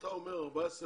כשאתה אומר 14,212,